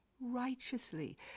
righteously